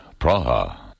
Praha